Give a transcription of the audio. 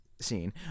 Scene